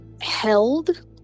held